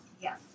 Yes